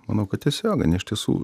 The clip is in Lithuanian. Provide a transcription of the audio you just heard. manau kad tiesioginę iš tiesų